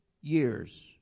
years